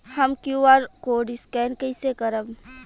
हम Q R code scan कइसे करब?